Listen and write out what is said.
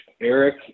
Eric